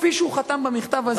כפי שהוא חתם במכתב הזה,